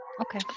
okay